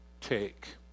take